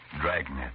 Dragnet